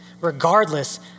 regardless